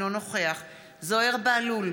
אינו נוכח זוהיר בהלול,